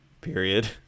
period